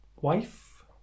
wife